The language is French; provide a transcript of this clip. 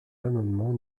l’amendement